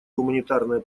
гуманитарное